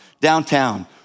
downtown